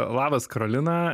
labas karolina